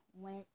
went